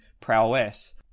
prowess